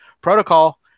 Protocol